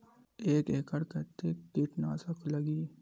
एक एकड़ कतेक किट नाशक लगही?